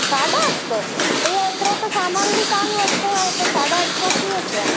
साढा अठ सौ भैया एतिरो त सामान बि कोन्ह वरितो आहे त साढा अठ सौ कीअं थिया